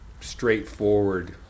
straightforward